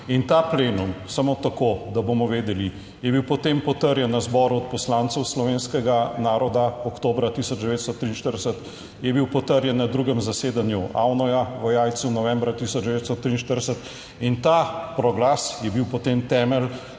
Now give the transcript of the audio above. In ta plenum, samo tako, da bomo vedeli, je bil potem potrjen na Zboru odposlancev slovenskega naroda oktobra 1943, je bil potrjen na drugem zasedanju Avnoja v Jajcu novembra 1943 in ta proglas je bil potem temelj,